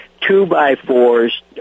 two-by-fours